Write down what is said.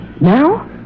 Now